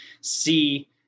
see